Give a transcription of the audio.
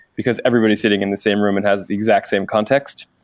because everybody is sitting in the same room and has the exact same context.